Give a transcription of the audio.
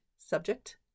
Subject